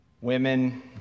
women